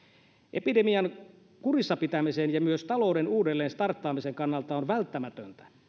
epidemian kurissa pitämisen ja myös talouden uudelleenstarttaamisen kannalta on välttämätöntä